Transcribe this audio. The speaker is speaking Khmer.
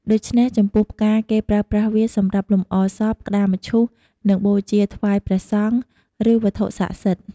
ដូច្នេះ ចំពោះផ្កា គេប្រើប្រាស់វាសម្រាប់លម្អសព ក្ដារមឈូស និងបូជាថ្វាយព្រះសង្ឃ ឬវត្ថុស័ក្តិសិទ្ធិ។